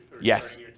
Yes